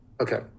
Okay